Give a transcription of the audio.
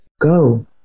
go